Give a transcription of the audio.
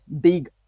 big